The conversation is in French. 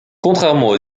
contrairement